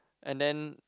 and then